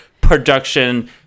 production